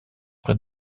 près